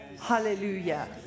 hallelujah